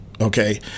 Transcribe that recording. okay